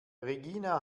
regina